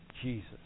Jesus